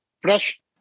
fresh